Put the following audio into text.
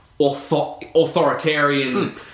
authoritarian